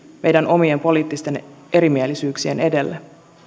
meidän omien poliittisten erimielisyyksiemme edelle